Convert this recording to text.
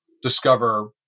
discover